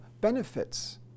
benefits